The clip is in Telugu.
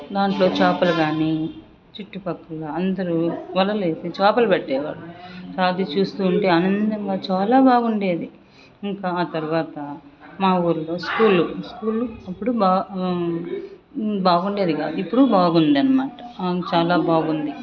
దాంట్లో చాపలు కాని చుట్టుపక్కల అందరూ వలలు వేసి చేపలు పట్టేవాళ్ళు అది చూస్తుంటే అందంగా చాలా బాగా ఉండేది ఇంకా ఆ తర్వాత మా ఊర్లో స్కూల్ ఉంది స్కూల్లు అప్పుడు బాగా బాగుండేది కాదు ఇప్పుడు బాగుంది అనమాట చాలా బాగుంది